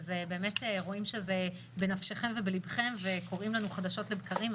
ובאמת רואים שזה בנפשכם ובליבכם וקוראים לנו חדשות לבקרים,